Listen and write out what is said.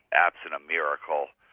absent a miracle,